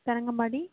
Tharangambadi